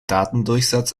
datendurchsatz